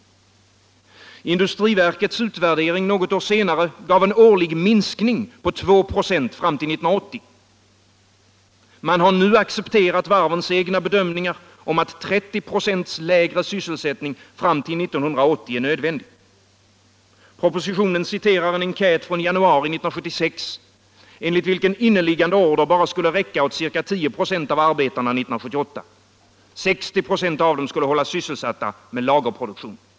Industriverkets utvärdering något år senare gav en årlig minskning på 296 fram till 1980. Man har nu accepterat varvens egna bedömningar att 30 96 lägre sysselsättning fram till 1980 är nödvändig. Propositionen citerar en enkät från januari 1976, enligt vilken inneliggande order bara skulle räcka åt ca 10 96 av arbetarna 1978, och 60 96 av dem skulle hållas sysselsatta med lagerproduktion.